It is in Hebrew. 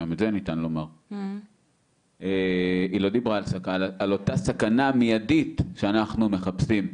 היא לא דיברה על אותה סכנה מיידית שאנחנו מחפשים,